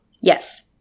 Yes